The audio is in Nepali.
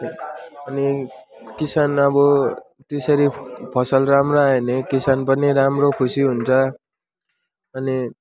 अनि किसान अब त्यसरी फसल राम्रो आयो भने किसान पनि राम्रो खुसी हुन्छ अनि